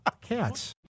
Cats